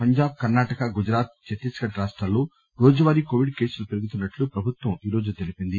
Punjab Karnataka Gujarat Chhattisgarh రాష్టాల్లో రోజువారీ Covid కేసులు పెరుగుతున్నట్టు ప్రభుత్వం ఈ రోజు తెలిపింది